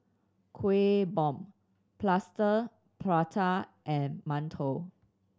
Kueh Bom Plaster Prata and mantou